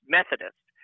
Methodist